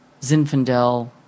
Zinfandel